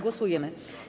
Głosujemy.